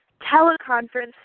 teleconference